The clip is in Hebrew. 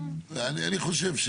אני חושב,